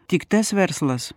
tik tas verslas